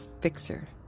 fixer